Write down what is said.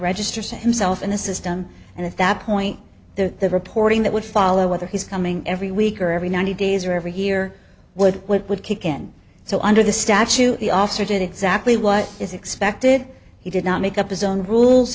register see himself in the system and if that point the reporting that would follow whether his coming every week or every ninety days or every year would what would kick in so under the statute the officer did exactly what is expected he did not make up his own rules